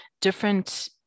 different